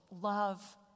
love